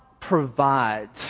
provides